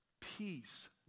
peace